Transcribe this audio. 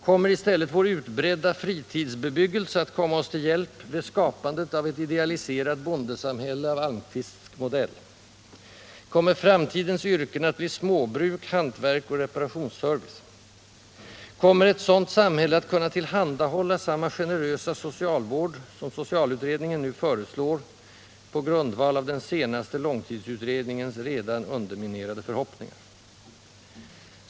Kommer i stället vår utbredda fritidsbebyggelse att komma oss till hjälp vid skapandet av ett idealiserat bondesamhälle av Almqvistsk modell? Kommer framtidens yrken att bli småbruk, hantverk och reparationsservice? Kommer ett sådant samhälle att kunna tillhandahålla samma generösa socialvård som socialutredningen nu föreslår — på grundval av den senaste långtidsutredningens redan underminerade förhoppningar?